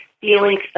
feelings